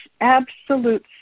absolute